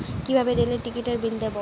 কিভাবে রেলের টিকিটের বিল দেবো?